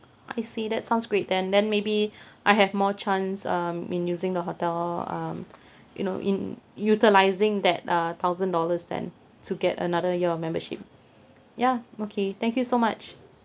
I see that sounds great then then maybe I have more chance um in using the hotel um you know in utilising that uh thousand dollars then to get another year of membership ya okay thank you so much